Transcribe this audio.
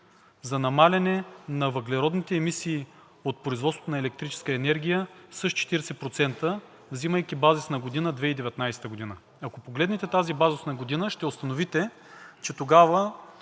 за намаляване на въглеродните емисии от производството на електрическа енергия с 40%, взимайки базисна година 2019 г. Ако погледнете тази базисна година, ще установите, че тогава